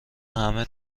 همه